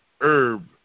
herb